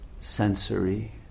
sensory